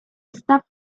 esta